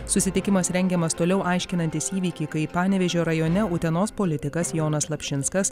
susitikimas rengiamas toliau aiškinantis įvykį kai panevėžio rajone utenos politikas jonas slapšinskas